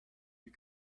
you